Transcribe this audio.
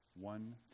one